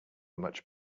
much